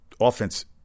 offense